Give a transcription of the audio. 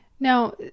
Now